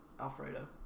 Alfredo